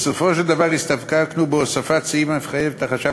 בסופו של דבר הסתפקנו בהוספת סעיף המחייב את החשב